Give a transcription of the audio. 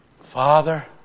Father